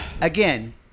Again